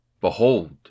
Behold